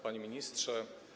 Panie Ministrze!